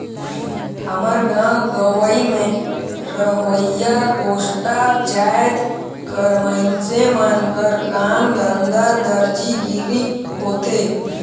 हमर गाँव गंवई में रहोइया कोस्टा जाएत कर मइनसे मन कर काम धंधा दरजी गिरी होथे